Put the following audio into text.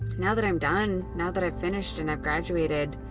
now that i'm done, now that i've finished and i've graduated,